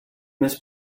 miss